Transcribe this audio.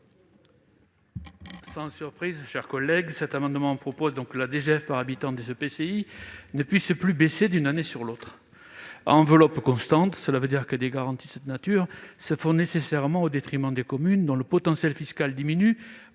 ? Mon cher collègue, votre amendement vise à ce que la DGF par habitant des EPCI ne puisse plus baisser d'une année sur l'autre. À enveloppe constante, des garanties de cette nature se font nécessairement au détriment des communes dont le potentiel fiscal diminue